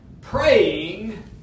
praying